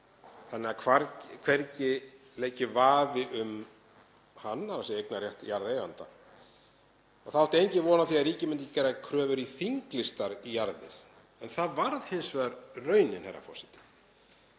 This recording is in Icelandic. þannig að hvergi leiki vafi á um hann, þ.e. eignarrétt jarðeigenda. Það átti enginn von á því að ríkið myndi gera kröfur í þinglýstar jarðir. En það varð hins vegar raunin, herra forseti.